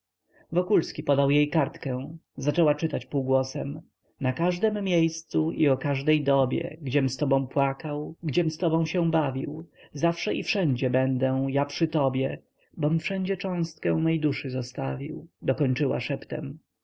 rękę wokulski podał jej kartkę zaczęła czytać półgłosem na każdem miejscu i o każdej dobie gdziem z tobą płakał gdziem z tobą się bawił zawsze i wszędzie będę ja przy tobie bom wszędzie cząstkę mej duszy zostawił dokończyła szeptem